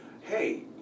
hey